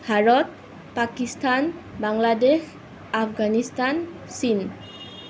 ভাৰত পাকিস্থান বাংলাদেশ আফগানিস্তান চীন